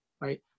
right